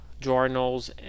journals